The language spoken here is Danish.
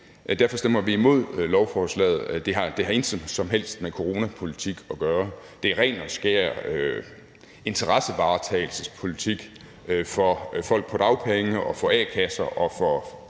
derfor stemmer vi imod lovforslaget. Det har intet som helst med coronapolitik at gøre, men det er ren og skær interessevaretagelsespolitik for folk på dagpenge og for a-kasser og for